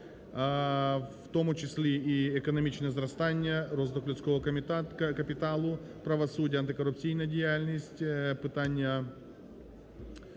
в тому числі економічне зростання, розвиток людського капіталу, правосуддя, антикорупційна діяльність, питання